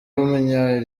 w’umunya